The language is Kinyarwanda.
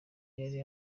yari